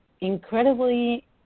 incredibly